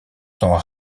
son